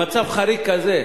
במצב חריג כזה,